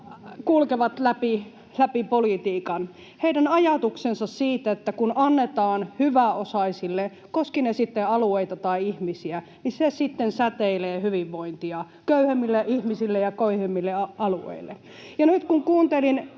kulkevat läpi politiikan: heidän ajatuksensa siitä, että kun annetaan hyväosaisille, koskivat ne sitten alueita tai ihmisiä, niin se sitten säteilee hyvinvointia köyhemmille ihmisille ja köyhemmille alueille. Ja nyt kun kuuntelin